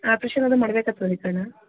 operation ಅದು ಮಾಡಬೇಕಾತದ್ರೀ ಕಣ್ಣು